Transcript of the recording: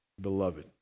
Beloved